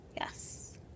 Yes